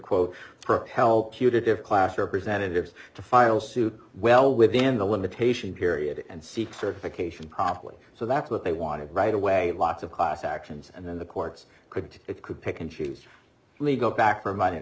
quote help you to if class representatives to file suit well within the limitation period and seek certification promptly so that's what they wanted right away lots of class actions and then the courts could it could pick and choose legal back